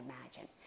imagine